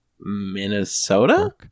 Minnesota